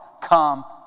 Come